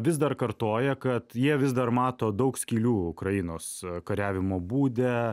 vis dar kartoja kad jie vis dar mato daug skylių ukrainos kariavimo būde